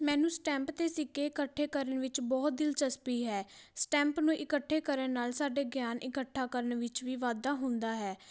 ਮੈਨੂੰ ਸਟੈਂਪ ਅਤੇ ਸਿੱਕੇ ਇਕੱਠੇ ਕਰਨ ਵਿੱਚ ਬਹੁਤ ਦਿਲਚਸਪੀ ਹੈ ਸਟੈਂਪ ਨੂੰ ਇਕੱਠੇ ਕਰਨ ਨਾਲ ਸਾਡੇ ਗਿਆਨ ਇਕੱਠਾ ਕਰਨ ਵਿੱਚ ਵੀ ਵਾਧਾ ਹੁੰਦਾ ਹੈ